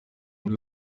muri